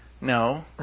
no